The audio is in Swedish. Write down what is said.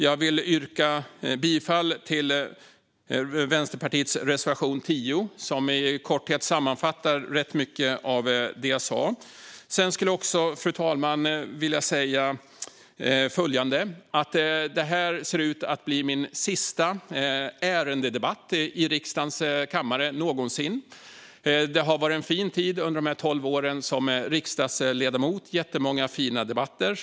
Jag vill yrka bifall till Vänsterpartiets reservation 10, som i korthet sammanfattar rätt mycket av det jag sagt. Jag skulle också vilja säga följande, fru talman: Det här ser ut att bli min sista ärendedebatt i riksdagens kammare någonsin. De här tolv åren som riksdagsledamot har varit en fin tid med jättemånga fina debatter.